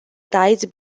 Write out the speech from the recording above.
tides